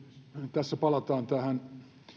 tässä palataan tähän